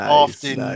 often